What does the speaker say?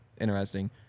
interesting